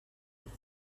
with